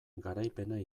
garaipena